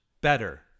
better